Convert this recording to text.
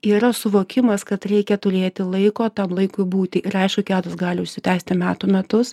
yra suvokimas kad reikia turėti laiko tam laikui būti ir aišku gedulas gali užsitęsti metų metus